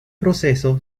proceso